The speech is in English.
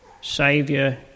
Saviour